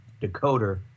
decoder